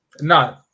No